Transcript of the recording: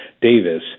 Davis